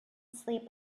sleep